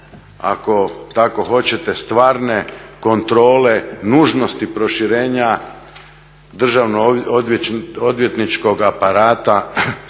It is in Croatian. ako tako hoćete stvarne kontrole nužnosti proširenja državno odvjetničkoga aparata